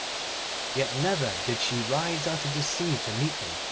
yet never did she rise out of the sea to meet him,